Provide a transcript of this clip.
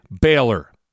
Baylor